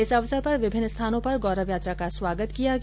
इस अवसर पर विभिन्न स्थानों पर गौरव यात्रा का स्वागत किया गया